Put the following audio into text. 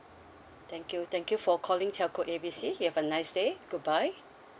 thank you thank you for calling telco A B C you have a nice day goodbye